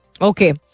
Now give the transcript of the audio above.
okay